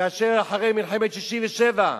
כאשר אחרי מלחמת 67'